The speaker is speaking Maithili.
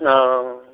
ओ